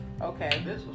Okay